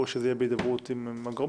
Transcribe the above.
ראוי שזה יהיה בהידברות עם הגורמים.